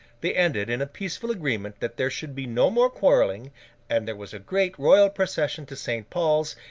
they ended in a peaceful agreement that there should be no more quarrelling and there was a great royal procession to st. paul's,